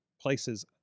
places